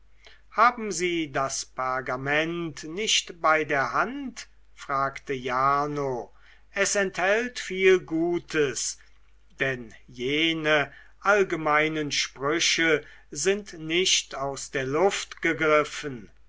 haben sie das pergament nicht bei der hand fragte jarno es enthält viel gutes denn jene allgemeinen sprüche sind nicht aus der luft gegriffen